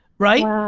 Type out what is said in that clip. right?